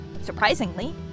Surprisingly